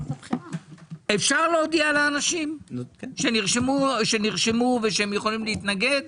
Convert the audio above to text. אפשר להודיע לאנשים שנרשמו ושהם יכולים להתנגד?